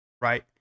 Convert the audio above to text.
right